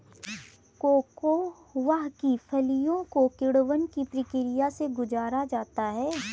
cocoa के फलियों को किण्वन की प्रक्रिया से गुजारा जाता है